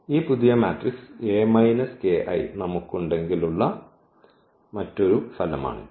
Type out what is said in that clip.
ഈ പുതിയ മാട്രിക്സ് നമുക്കുണ്ടെങ്കിൽ ഉള്ള മറ്റൊരു ഫലമാണിത്